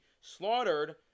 slaughtered